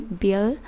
bill